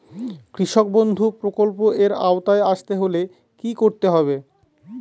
কৃষকবন্ধু প্রকল্প এর আওতায় আসতে হলে কি করতে হবে?